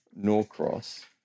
Norcross